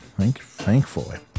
Thankfully